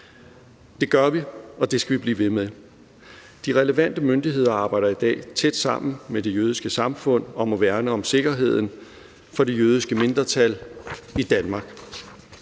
Det gør vi, og det skal vi blive ved med. De relevante myndigheder arbejder i dag tæt sammen med Det Jødiske Samfund om at værne om sikkerheden for det jødiske mindretal i Danmark.